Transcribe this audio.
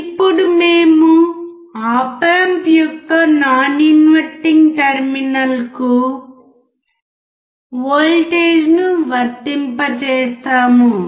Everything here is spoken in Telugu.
ఇప్పుడు మేము ఆప్ ఆంప్ యొక్క నాన్ ఇన్వర్టింగ్ టెర్మినల్కు వోల్టేజ్ను వర్తింపజేస్తాము